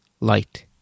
light